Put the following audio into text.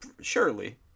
surely